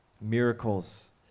miracles